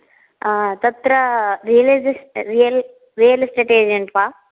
तत्र रिलेजस् real real estate agent वा